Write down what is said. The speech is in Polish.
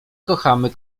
kochamy